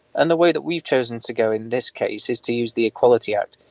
and the way that we've chosen to go in this case is to use the equality act,